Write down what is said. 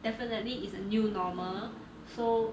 definitely it's a new normal so